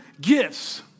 gifts